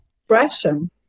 expression